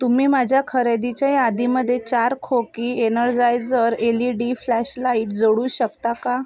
तुम्ही माझ्या खरेदीच्या यादीमधे चार खोकी Energizer L E D flashlight जोडू शकता का